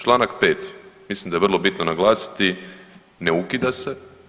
Članak 5. mislim da je vrlo bitno naglasiti ne ukida se.